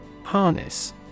Harness